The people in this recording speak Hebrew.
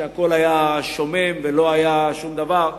שהכול היה שומם ולא היה שום דבר,